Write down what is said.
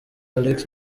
alex